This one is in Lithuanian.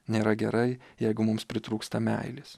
nėra gerai jeigu mums pritrūksta meilės